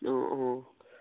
অঁ অঁ